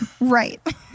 Right